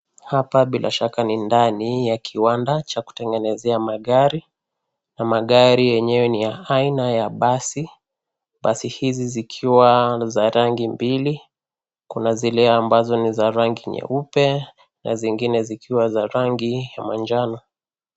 Hapa bila shaka ni ndani ya kiwanda cha kutengenezea magari na magari yenyewe ni ya aina ya basi. Basi hizi zikiwa za rangi mbili, kuna zile ambazo ni za rangi nyeupe na zingine zikiwa za rangi ya manjano.